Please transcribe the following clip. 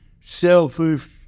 selfish